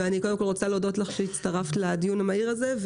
אני רוצה להודות לך שהצטרפת לדיון המהיר הזה.